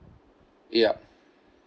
yup